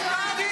את רעה,